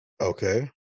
Okay